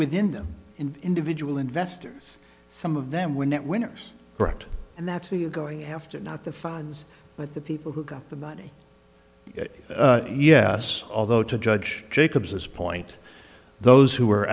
within them in individual investors some of them were net winners correct and that's where you're going after not the fines but the people who got the money yes although to judge jacobs this point those who are